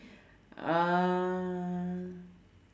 uh